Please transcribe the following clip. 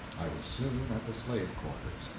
i was soon at the slave quarters.